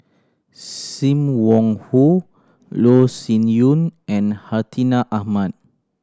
Sim Wong Hoo Loh Sin Yun and Hartinah Ahmad